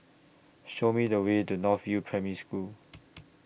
Show Me The Way to North View Primary School